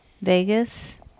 Vegas